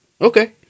Okay